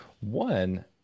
One